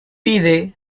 pide